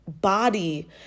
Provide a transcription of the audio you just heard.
body